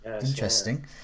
interesting